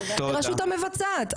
לרשות המבצעת,